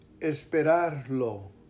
esperarlo